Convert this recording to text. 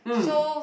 mm